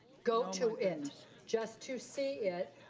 go to it just to see it.